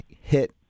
hit